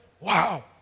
wow